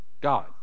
God